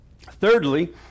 Thirdly